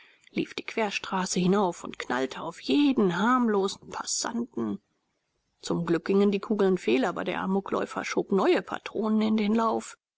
lief die querstraße hinauf und knallte auf jeden harmlosen passanten zum glück gingen die kugeln fehl aber der amokläufer schob neue patronen in den lauf